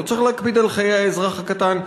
לא צריך להקפיד על חיי האזרח הקטן,